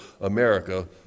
America